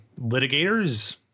litigators –